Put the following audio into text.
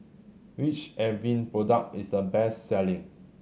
which Avene product is the best selling